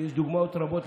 כי יש דוגמאות רבות,